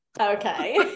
Okay